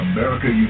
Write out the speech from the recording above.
America